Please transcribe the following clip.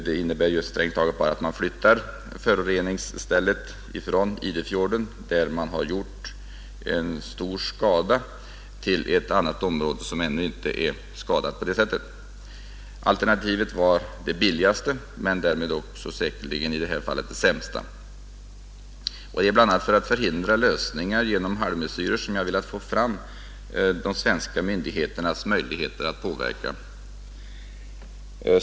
Det innebär strängt taget bara att man flyttar föroreningsstället från Idefjorden, där det redan har gjorts stor skada, till ett annat område, som ännu inte är skadat på det sättet. Alternativet var det billigaste men i det här fallet säkerligen också det sämsta. Det är bl.a. för att förhindra halvmesyrer som jag har velat att de svenska myndigheterna skall få möjligheter till påverkan.